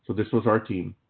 but this was our team.